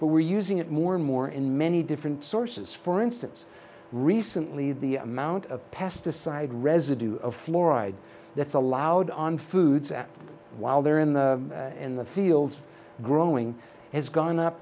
but we're using it more and more in many different sources for instance recently the amount of past aside residue of fluoride that's allowed on foods and while they're in the in the field growing has gone up